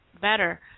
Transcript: better